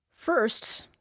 First